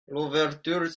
l’ouverture